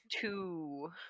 two